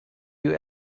you